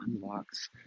unlocks